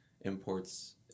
imports